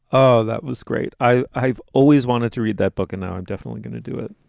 oh, that was great. i've i've always wanted to read that book and now i'm definitely going to do it.